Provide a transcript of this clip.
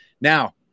Now